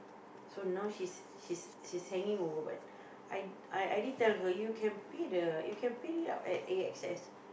so now she's she's she's hanging over but I I did tell her you can pay the you can pay at A_X_S